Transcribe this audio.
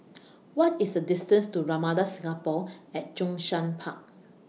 What IS The distance to Ramada Singapore At Zhongshan Park